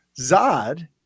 Zod